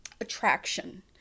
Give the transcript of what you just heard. attraction